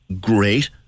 great